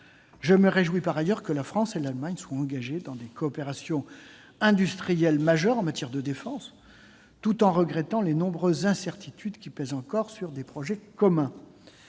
Je me réjouis par ailleurs que la France et l'Allemagne soient engagées dans des coopérations industrielles majeures en matière de défense, tout en regrettant les nombreuses incertitudes qui pèsent encore sur les projets communs.